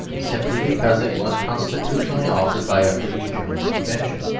simply because it was constitutionally offered by a free german convention.